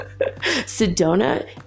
Sedona